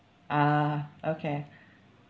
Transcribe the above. ah okay